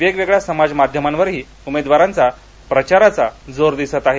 वेगवेगळ्या समाज माध्यमावरही उमेवारांचा प्रचाराचा जोर दिसत आहे